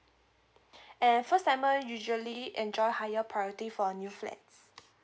and first timer usually enjoy higher priority for new flats